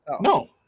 No